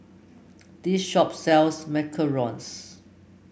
this shop sells Macarons